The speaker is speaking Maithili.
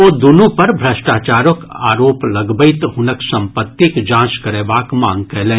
ओ दूनु पर भ्रष्टाचारक आरोप लगबैत हुनक सम्पत्तिक जांच करयबाक मांग कयलनि